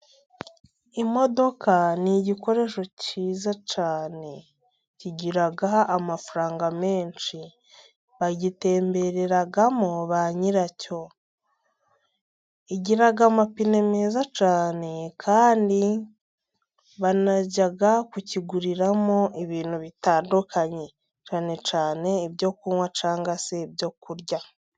Imodoka ni igikoresho cyiza cyane kigira amafaranga menshi, bagitembereramo ba nyiracyo ,igira amapine meza cyane kandi banajya kukiguriramo ibintu bitandukanye cyane cyane ibyo kunywa cyangwa se ibyo kurya.